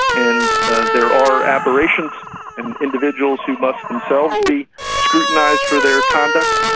and ah there are aberrations and individuals who must themselves be scrutinised for their conduct,